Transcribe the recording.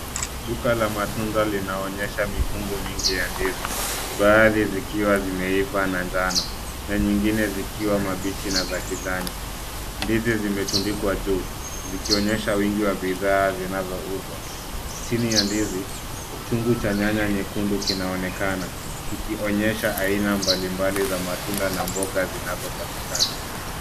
Duka la matunda linaonyesha mikungu mingi ya ndizi, baadhi zikiwa zimeiva na njano, na nyingine zikiwa mabichi na za kijani. Ndizi zimetundikwa juu, zikionyesha wingi wa bidhaa zinavyouzwa. Chini ya ndizi chungu cha nyanya nyekundu kinaonekana, kikionyesha aina mbali mbali za matunda na mboga zinazopatikana.